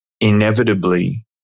inevitably